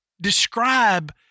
describe